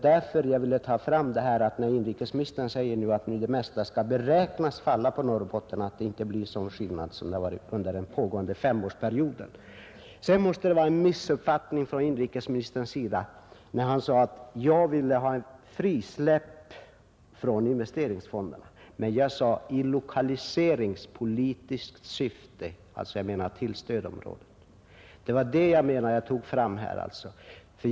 Därför ville jag påpeka att när inrikesministern nu sade att det mesta skulle falla på Norrbotten, så får det inte bli en sådan skillnad som under den innevarande femårsperioden. Det måste vara en missuppfattning från inrikesministerns sida när han ansåg att jag vill ha ett allmänt frisläpp från investeringsfonderna. Jag sade ”i lokaliseringspolitiskt syfte”. Jag menade alltså till stödområden; det var det jag avsåg när jag tog upp saken här.